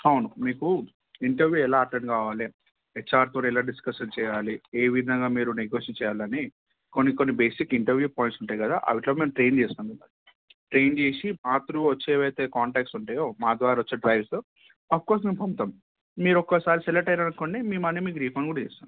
అవును మీకు ఇంటర్వ్యూ ఎలా అటెండ్ కావాలి హెచ్ఆర్తో ఎలా డిస్కషన్ చేయాలి ఏ విధంగా మీరు నెగోషియేషన్ చేయాలని కొన్ని కొన్ని బేసిక్ ఇంటర్వ్యూ పాయింట్స్ ఉంటయి కదా వాటిలో మేము ట్రైన్ చేస్తాం ట్రైన్ చేసి మా త్రూ వచ్చేవి అయితే కాంట్రాక్ట్స్ ఉంటాయో మా ద్వారా వచ్చే డ్రైవ్స్ అఫ్ కోర్స్ మేము పంపుతాం మీరు ఒకసారి సెలెక్ట్ అయినారు అనునుకోండి మీ మనీ మీకు రీఫండ్ కూడా చేస్తాం